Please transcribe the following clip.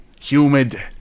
humid